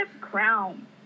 crown